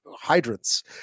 hydrants